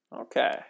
Okay